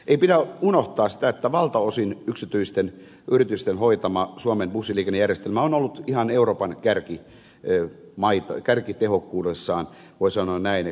ei pidä unohtaa sitä että valtaosin yksityisten yritysten hoitama suomen bussiliikennejärjestelmä on ollut ihan euroopan kärkeä tehokkuudessaan voi sanoa näin ja tehokkainta